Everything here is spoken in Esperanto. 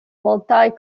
multaj